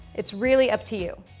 it's really up to you.